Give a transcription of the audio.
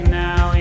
now